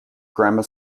grammar